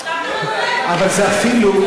לא,